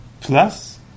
Plus